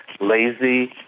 lazy